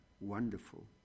wonderful